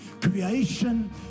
creation